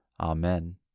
Amen